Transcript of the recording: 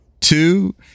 two